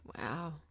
Wow